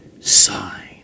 sign